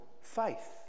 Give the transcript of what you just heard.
faith